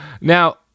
Now